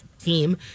team